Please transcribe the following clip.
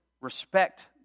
respect